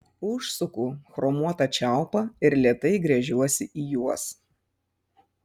užsuku chromuotą čiaupą ir lėtai gręžiuosi į juos